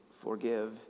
forgive